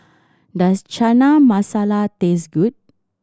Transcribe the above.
does Chana Masala taste good